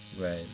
Right